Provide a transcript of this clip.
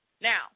Now